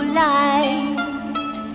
light